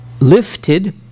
lifted